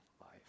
life